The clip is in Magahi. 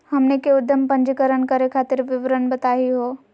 हमनी के उद्यम पंजीकरण करे खातीर विवरण बताही हो?